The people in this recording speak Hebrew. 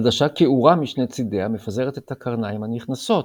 עדשה קעורה משני צידיה מפזרת את הקרניים הנכנסות,